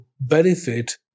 benefit